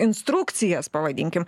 instrukcijas pavadinkim